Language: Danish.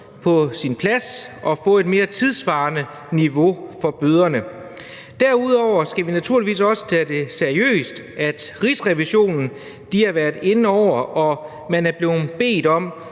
på sin plads at få et mere tidssvarende niveau for bøderne. Derudover skal vi naturligvis også tage seriøst, at Rigsrevisionen har været inde over. Man er blevet bedt om